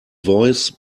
voice